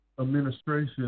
administration